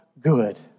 good